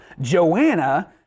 Joanna